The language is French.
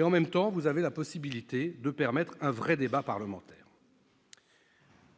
En même temps, vous avez la possibilité de permettre un vrai débat parlementaire.